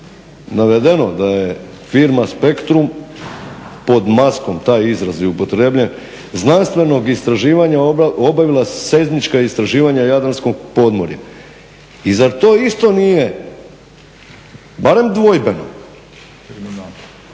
navedeno da je firma Spektrum pod maskom taj izraz je upotrijebljen, znanstvenog istraživanja obavila seizmička istraživanja jadranskog podmorja. I zar to isto nije barem dvojbeno.